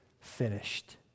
finished